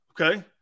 okay